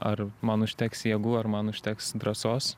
ar man užteks jėgų ar man užteks drąsos